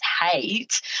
hate